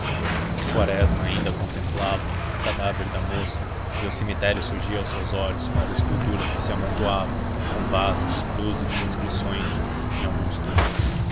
quaresma ainda contemplava o cadáver da moça e o cemitério surgia aos seus olhos com as esculturas que se amontoavam com vasos cruzes e inscrições em alguns túmulos